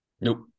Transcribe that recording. Nope